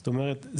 זאת אומרת,